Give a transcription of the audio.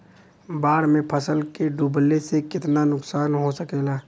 बाढ़ मे फसल के डुबले से कितना नुकसान हो सकेला?